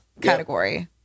category